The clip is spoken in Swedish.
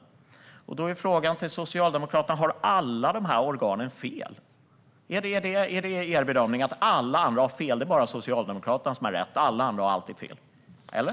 Frågan till Socialdemokraterna är om alla dessa organ har fel. Är det er bedömning att alla andra har fel? Det är bara Socialdemokraterna som har rätt; alla andra har alltid fel - eller?